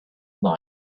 night